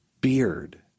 beard